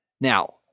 Now